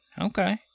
Okay